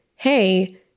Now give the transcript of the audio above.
hey